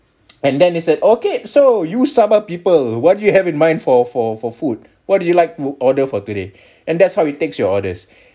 and then he said okay so you sabah people what do you have in mind for for for food what do you like to order for today and that's how it takes your orders